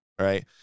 right